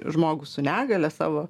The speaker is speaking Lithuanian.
žmogų su negalia savo